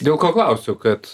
dėl ko klausiu kad